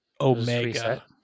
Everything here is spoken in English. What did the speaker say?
Omega